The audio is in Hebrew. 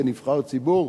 כנבחר ציבור,